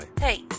Hey